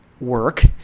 work